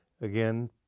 again